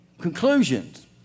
conclusions